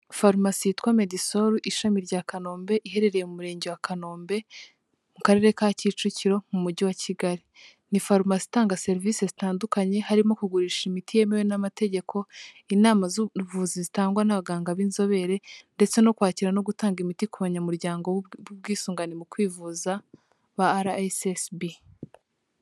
Farumasi yitwa medsol ishami rya Kanombe, iherereye mu Murenge wa Kanombe, mu Karere ka kicukiro, mu mujyi wa Kigali. Ni farumasi itanga serivisi zitandukanye harimo kugurisha imiti yemewe n'amategeko, inama z'ubuvuzi zitangwa n'abaganga b'inzobere, ndetse no kwakira no gutanga imiti ku banyamuryango b'ubwisungane mu kwivuza ba RSSB.